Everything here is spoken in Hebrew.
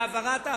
זה לא עבר בממשלה.